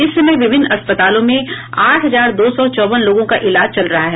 इस समय विभिन्न अस्पतालों में आठ हजार दो सौ चौवन लोगों का इलाज चल रहा है